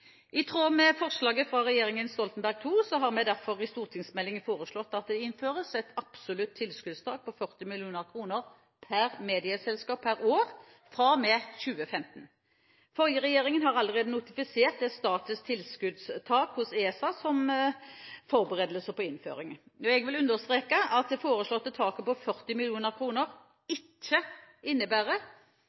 I tråd med forslaget fra regjeringen Stoltenberg II har vi derfor i stortingsmeldingen foreslått at det innføres et absolutt tilskuddstak på 40 mill. kr per medieselskap per år fra og med 2015. Den forrige regjeringen har allerede notifisert et statisk tilskuddstak til ESA som forberedelse på innføringen. Jeg vil understreke at det foreslåtte taket på 40 mill. kr ikke innebærer